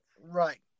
Right